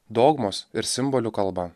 dogmos ir simbolių kalba